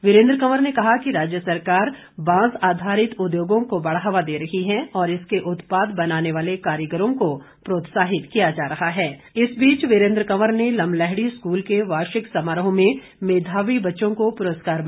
वीरेन्द्र कंवर ने कहा कि राज्य सरकार बांस आधारित उद्योगों को बढ़ावा दे रही है और इसके उत्पाद बनाने वाले कारीगरों को प्रोत्साहित किया इस बीच वीरेन्द्र कंवर ने लमलैहड़ी स्कूल के वार्षिक समारोह में मेधावी बच्चों को पुरस्कार जा रहा है